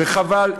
וחבל,